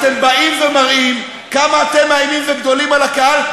אתם באים ומראים כמה אתם מאיימים וגדולים על הקהל,